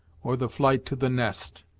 or the flight to the nest,